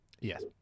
Yes